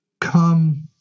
come